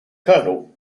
col